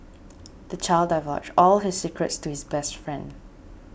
the child divulged all his secrets to his best friend